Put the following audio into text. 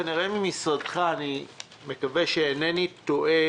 כנראה ממשרדך אני מקווה שאינני טועה